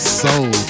soul